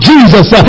Jesus